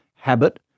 habit